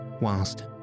whilst